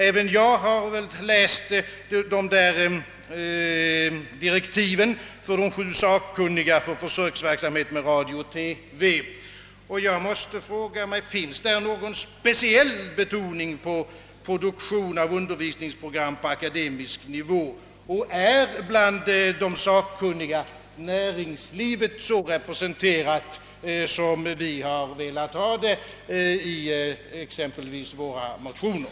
Även jag har läst direktiven för de sju sakkunniga beträffande försöksverksamheten i radio-TV, och jag måste fråga mig, om där finns någon speciell betoning på produktionen av undervisningsprogram på akademisk nivå och om näringslivet är så representerat bland de sakkunniga, som vi har krävt i våra motioner.